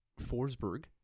Forsberg